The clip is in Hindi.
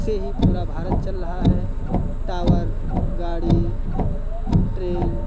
से ही पूरा भारत चल रहा है टावर गाड़ी ट्रेन